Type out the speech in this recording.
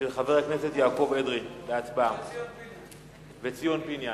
של חברי הכנסת יעקב אדרי וציון פיניאן.